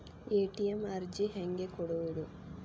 ATM ಅರ್ಜಿ ಹೆಂಗೆ ಕೊಡುವುದು?